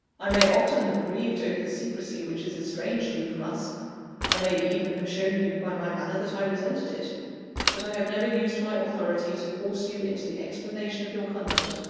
i may often have grieved over the secresy which has estranged you from us i may even have shown you by my manner that i resented it but i have never used my authority to force you into the explanation of your conduct,